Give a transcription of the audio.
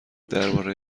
درباره